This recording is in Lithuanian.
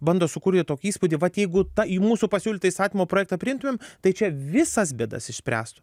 bando sukurti tokį įspūdį vat jeigu ta į mūsų pasiūlytą įstatymo projektą priimtumėm tai čia visas bėdas išspręstų